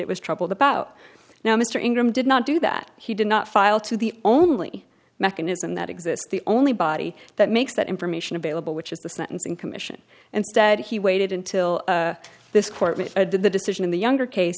it was troubled about now mr ingram did not do that he did not file to the only mechanism that exists the only body that makes that information available which is the sentencing commission and said he waited until this court made a decision in the younger case